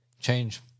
change